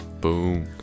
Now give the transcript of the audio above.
Boom